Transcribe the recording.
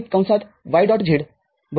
z x y